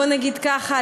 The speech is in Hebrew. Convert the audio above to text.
בוא נגיד ככה,